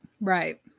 Right